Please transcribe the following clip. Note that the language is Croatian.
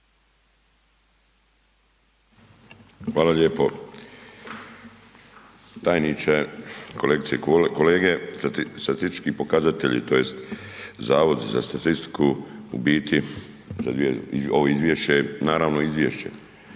Hvala lijepo. Tajniče, kolegice i kolege, statistički pokazatelji tj. zavod za statistiku u biti ovo izvješće je naravno izvješće,